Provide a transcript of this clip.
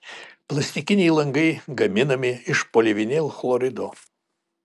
plastikiniai langai gaminami iš polivinilchlorido